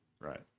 Right